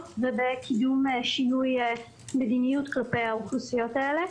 ובקידום שינוי מדיניות כלפי האוכלוסיות האלה.